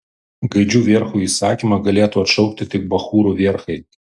gaidžių vierchų įsakymą galėtų atšaukti tik bachūrų vierchai